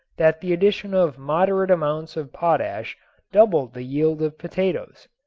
that the addition of moderate amounts of potash doubled the yield of potatoes.